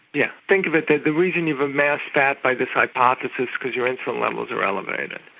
yeah think of it that the reason you've amassed fat by this hypothesis, because your insulin levels are elevated,